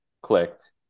clicked